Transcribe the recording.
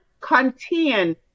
contain